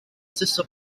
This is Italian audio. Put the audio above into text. stesso